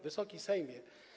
Wysoki Sejmie!